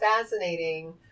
fascinating